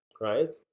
right